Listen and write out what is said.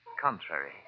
contrary